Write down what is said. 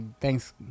Thanks